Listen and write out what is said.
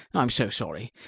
i am so sorry!